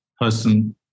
person